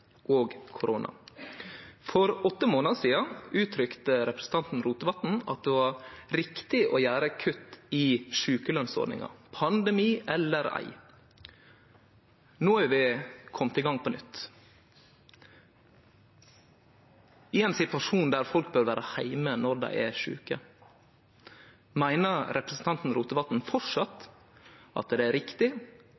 og korona. For åtte månader sidan uttrykte representanten Rotevatn at det var riktig å gjere kutt i sjukelønsordninga, pandemi eller ei. No er vi komne i gang på nytt. I ein situasjon der folk bør vere heime når dei er sjuke: Meiner representanten